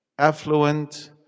affluent